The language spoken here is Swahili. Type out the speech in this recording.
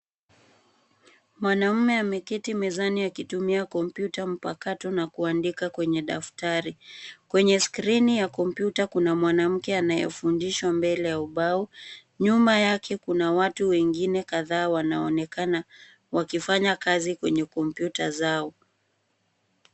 Mwanaume ameketi mezani akitumia kompyuta mpakato na kuandika kwenya daftari. Kwenye skrini ya kompyuta, kuna mwanamke anayefundisha kwenye ubao. Nyuma yake kuna watu wengine kadhaa wanaonekana wakifanya kazi kwenye kompyuta zao.